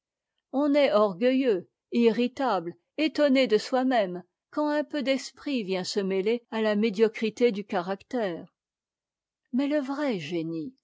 on est orgueilleux irritable étonné de soi-même quand un peu d'esprit vient se mêler à la médiocrité du caractère mais le vrai génie